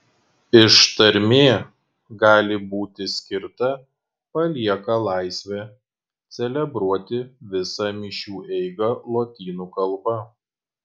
ištarmė gali būti skirta palieka laisvę celebruoti visą mišių eigą lotynų kalba